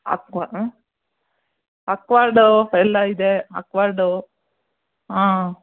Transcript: aqua ಹ್ಞೂ ಅಕ್ world ಎಲ್ಲ ಇದೆ ಅಕ್ ವರ್ಡು ಹಾಂ